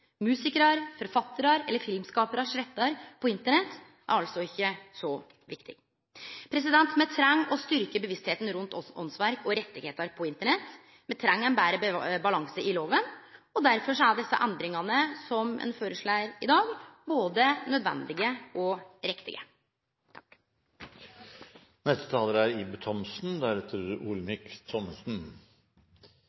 Musikarar, forfattarar eller filmskaparar sine rettar på Internett er altså ikkje så viktige. Me treng å styrke bevisstheita rundt åndsverk og rettar på Internett, me treng ein betre balanse i lova. Derfor er desse endringane som ein foreslår i dag, både nødvendige og riktige. Personvern og ytringsfrihet er